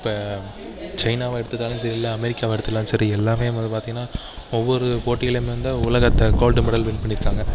இப்போ சைனாவை எடுத்துகிட்டாலும் சரி இல்லை அமெரிக்காவை எடுத்துகிட்டாலும் சரி எல்லாமே நமக்கு பார்த்தீங்கன்னா ஒவ்வொரு போட்டியிலேருந்து வந்த உலகத்தை கோல்டு மெடல் வின் பண்ணியிருக்காங்க